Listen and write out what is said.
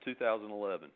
2011